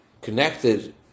connected